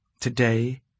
Today